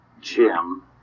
Jim